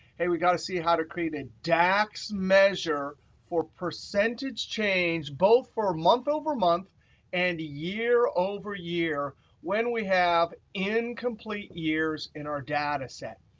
hey, we got to see how to create a dax measure for percentage change, both for month over month and year over year when we have incomplete years in our data set.